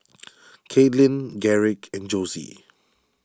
Kaitlin Garrick and Josie